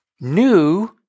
new